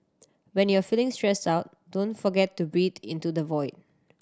when you are feeling stressed out don't forget to breathe into the void